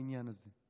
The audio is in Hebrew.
בעניין הזה.